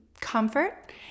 comfort